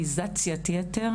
בפמיניזציית יתר